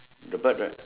the bird right